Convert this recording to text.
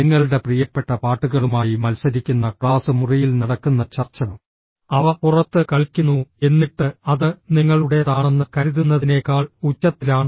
നിങ്ങളുടെ പ്രിയപ്പെട്ട പാട്ടുകളുമായി മത്സരിക്കുന്ന ക്ലാസ് മുറിയിൽ നടക്കുന്ന ചർച്ച അവ പുറത്ത് കളിക്കുന്നു എന്നിട്ട് അത് നിങ്ങളുടെതാണെന്ന് കരുതുന്നതിനേക്കാൾ ഉച്ചത്തിലാണ്